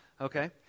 Okay